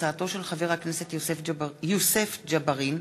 הצעתו של חבר הכנסת יוסף ג'בארין,